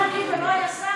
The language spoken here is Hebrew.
חוקים ולא היה שר.